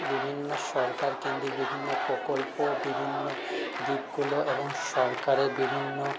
বিভিন্ন সরকারকেন্দ্রিক বিভিন্ন প্রকল্প বিভিন্ন দিকগুলো এবং সরকারের বিভিন্ন